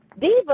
Diva